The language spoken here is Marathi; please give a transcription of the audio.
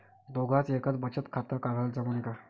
दोघाच एकच बचत खातं काढाले जमनं का?